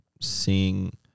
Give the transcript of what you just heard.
seeing